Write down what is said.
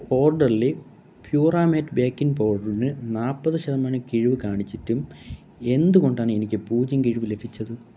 ഓർഡറിലെ പ്യുറാമേറ്റ് ബേക്കിംഗ് പൗഡറിന് നാൽപ്പത് ശതമാനം കിഴിവ് കാണിച്ചിട്ടും എന്തുകൊണ്ടാണ് എനിക്ക് പൂജ്യം കിഴിവ് ലഭിച്ചത്